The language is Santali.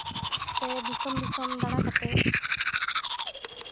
ᱥᱮ ᱫᱤᱥᱚᱢ ᱫᱤᱥᱚᱢ ᱫᱟᱬᱟ ᱠᱟᱛᱮ